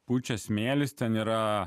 pučia smėlis ten yra